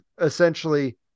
essentially